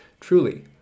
Truly